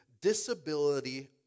Disability